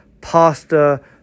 pasta